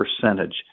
percentage